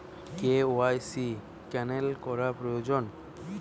KYC cancel করা প্রয়োজন?